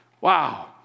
Wow